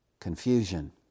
confusion